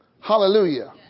Hallelujah